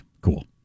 Cool